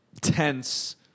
tense